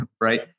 right